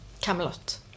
Camelot